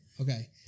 Okay